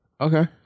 Okay